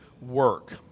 work